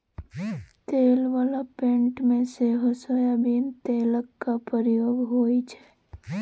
तेल बला पेंट मे सेहो सोयाबीन तेलक प्रयोग होइ छै